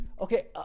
okay